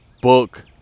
book